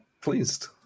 pleased